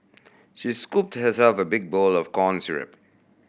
she scooped herself a big bowl of corn